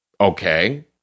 Okay